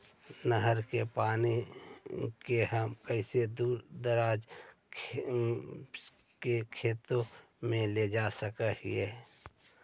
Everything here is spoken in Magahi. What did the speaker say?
नहर के पानी के हम कैसे दुर दराज के खेतों में ले जा सक हिय?